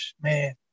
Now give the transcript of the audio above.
man